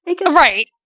Right